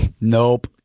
Nope